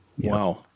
Wow